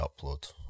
upload